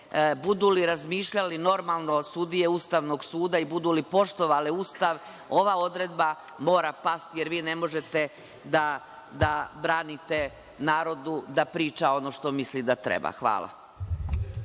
budu li razmišljali normalno sudije Ustavnog suda i budu li poštovale Ustav, ova odredba mora pasti, jer ne možete da branite narodu da priča ono što misli da treba. Hvala.